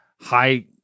high